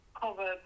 cover